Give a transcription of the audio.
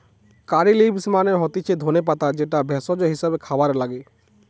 কারী leaves মানে হতিছে ধনে পাতা যেটা ভেষজ হিসেবে খাবারে লাগে